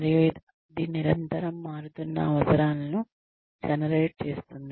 మరియు అది నిరంతరం మారుతున్న అవసరాలను జెనరేట్ చేస్తుంది